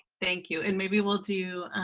thank you. and maybe we'll do,